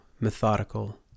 methodical